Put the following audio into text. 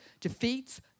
defeats